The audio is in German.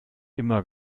immer